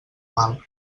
mal